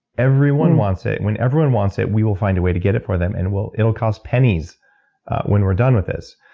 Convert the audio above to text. everyone wants it. when everyone wants it, we will find a way to get it for them, and it'll cost pennies when we're done with this.